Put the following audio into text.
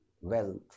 Wealth